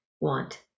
want